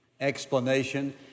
explanation